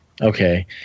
Okay